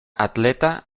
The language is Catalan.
atleta